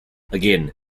again